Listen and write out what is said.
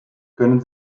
können